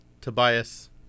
Tobias